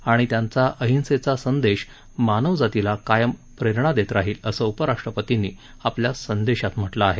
आणि त्यांचा अहिंसेचा संदेश मानव जातीला कायम प्रेरणा देत राहील असं उपराष्ट्रपर्तीन आपल्या संदेशात म्हटलं आहे